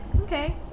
Okay